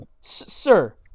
sir